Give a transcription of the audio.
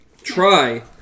try